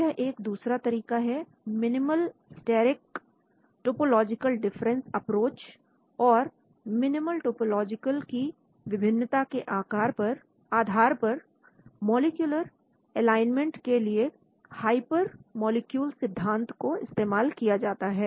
यह एक दूसरा तरीका है और minimal steric topological difference approach और मिनिमल टोपोलॉजिकल की विभिन्नता के आधार पर मॉलिक्यूलर एलाइनमेंट के लिए हाइपर मॉलिक्यूल सिद्धांत को इस्तेमाल किया जाता है